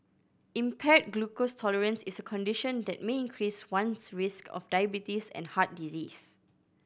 impaired glucose tolerance is a condition that may increase one's risk of diabetes and heart disease